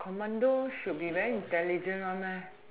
commando should be very intelligent one